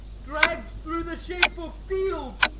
dragg'd through the shameful field.